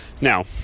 Now